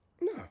No